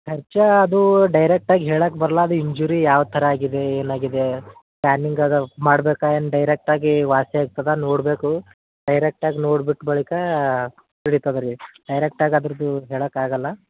ಖರ್ಚು ಅದು ಡೈರೆಕ್ಟ್ ಆಗಿ ಹೇಳಾಕೆ ಬರೊಲ್ಲ ಅದು ಇಂಜುರಿ ಯಾವ ಥರ ಆಗಿದೆ ಏನು ಆಗಿದೆ ಸ್ಕ್ಯಾನಿಂಗ್ ಅದು ಮಾಡಬೇಕಾ ಏನು ಡೈರೆಕ್ಟ್ ಆಗಿ ವಾಸಿ ಆಗ್ತದಾ ನೋಡಬೇಕು ಡೈರೆಕ್ಟ್ ಆಗಿ ನೋಡ್ಬಿಟ್ಟು ಬಳಿಕ ತಿಳಿತದೆ ರೀ ಡೈರೆಕ್ಟ್ ಆಗಿ ಅದ್ರದ್ದು ಹೇಳೋಕ್ಕಾಗಲ್ಲ